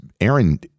Aaron